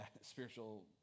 spiritual